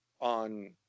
on